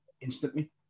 instantly